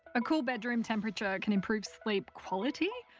a cool bedroom temperature can improve sleep quality.